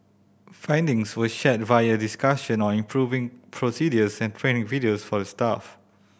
findings were shared via discussion on improving procedures and training videos for the staff